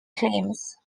claims